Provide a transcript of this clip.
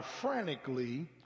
frantically